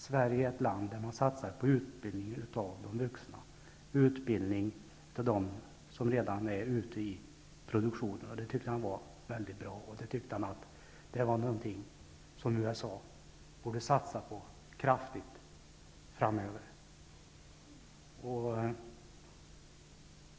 Sverige är ett land där man satsar på utbildning av de vuxna, utbildning av dem som redan är ute i produktionen, vilket han ansåg vara mycket bra. Det var någonting som USA framöver kraftigt borde satsa på, tyckte han.